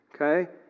okay